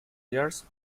years